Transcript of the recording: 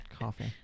coffee